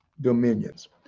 dominions